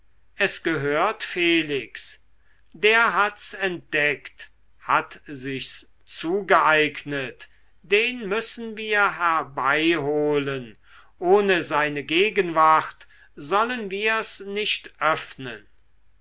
es gehört felix der hat's entdeckt hat sich's zugeeignet den müssen wir herbeiholen ohne seine gegenwart sollen wir's nicht öffnen